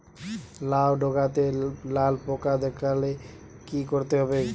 লাউ ডাটাতে লাল পোকা দেখালে কি করতে হবে?